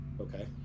Okay